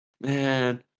man